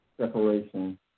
separation